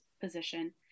position